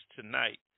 tonight